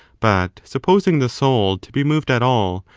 but, supposing the soul to be moved at all,